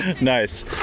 Nice